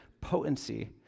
potency